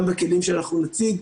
גם בכלים שאנחנו נציג.